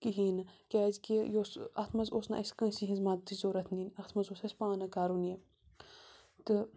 کِہیٖنۍ نہٕ کیٛازکہِ یہِ اوس اَتھ منٛز اوس نہٕ اَسہِ کٲنٛسی ہِنٛز مَدتٕچ ضوٚرَتھ نِنۍ اَتھ منٛز اوس اَسہِ پانہٕ کَرُن یہِ تہٕ